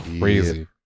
crazy